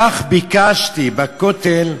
כך ביקשתי בכותל המערבי,